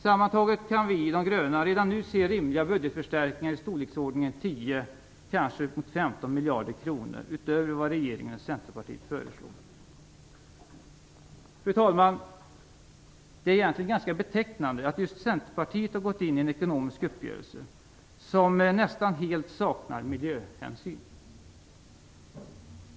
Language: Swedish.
Sammantaget kan vi i De gröna redan nu se rimliga budgetförstärkningar i storleksordningen 10, kanske uppåt 15 miljarder kronor utöver vad regeringen och Centerpartiet nu föreslår. Fru talman! Det är egentligen ganska betecknande att just Centerpartiet har gått in i en ekonomisk uppgörelse som nästan helt saknar miljöhänsyn.